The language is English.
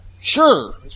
sure